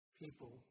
people